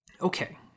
Okay